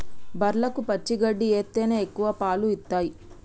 బర్లకు పచ్చి గడ్డి ఎత్తేనే ఎక్కువ పాలు ఇత్తయ్